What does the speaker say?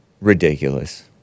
Ridiculous